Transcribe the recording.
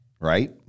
right